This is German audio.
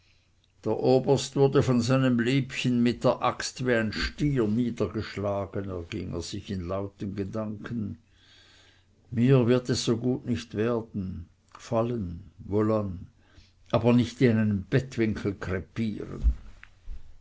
der oberst wurde von seinem liebchen mit der axt wie ein stier niedergeschlagen erging er sich in lauten gedanken mir wird es so gut nicht werden fallen wohlan aber nicht in einem bettwinkel krepieren